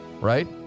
Right